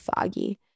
foggy